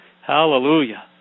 Hallelujah